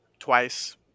twice